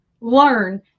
learn